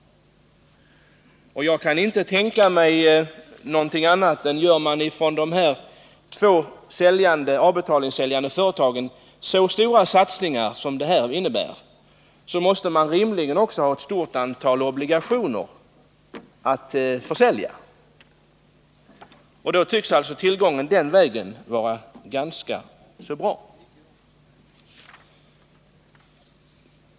Jag kan inte tänka mig annat än att gör man från de två avbetalningssäljande företag det gäller så stora satsningar som detta innebär måste man rimligen också ha ett stort antal obligationer att försälja, och tillgången den vägen tycks alltså vara ganska god.